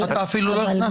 אתה אפילו לא הכנסת הוראה.